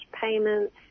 payments